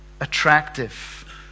attractive